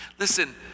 Listen